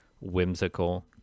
whimsical